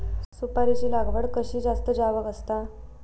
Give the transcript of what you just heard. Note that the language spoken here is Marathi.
सुपारीची लागवड कशी जास्त जावक शकता?